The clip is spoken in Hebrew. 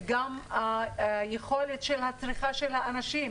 יכולת הצריכה של האנשים,